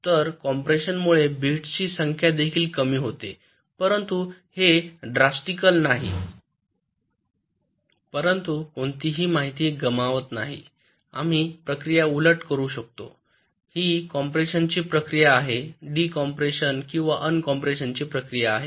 तर कॉम्प्रेशनमुळे बिट्सची संख्या देखील कमी होते परंतु हे ड्रॅस्टीकल नाही परंतु कोणतीही माहिती गमावत नाही आम्ही प्रक्रिया उलट करू शकतो हि कॉम्प्रेशनची प्रक्रिया आहे डिकम्प्रेशन किंवा अन कॉम्प्रेशनची प्रक्रिया आहे